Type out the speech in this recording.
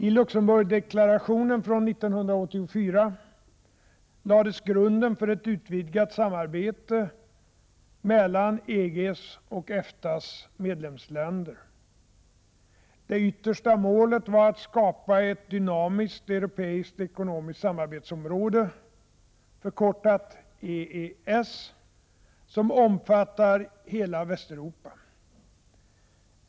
I Luxemburgdeklarationen från 1984 lades grunden för ett utvidgat samarbete mellan EG:s och EFTA:s medlemsländer. Det yttersta målet var att skapa ett dynamiskt europeiskt ekonomiskt samarbetsområde — förkortat EES —- som omfattar hela Västeuropa.